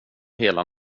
hela